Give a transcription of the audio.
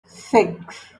six